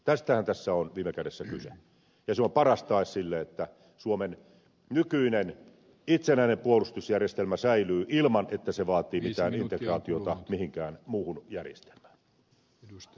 tästähän tässä on viime kädessä kyse ja se on paras tae sille että suomen nykyinen itsenäinen puolustusjärjestelmä säilyy ilman että se vaatii mitään integraatiota mihinkään muuhun järjestelmään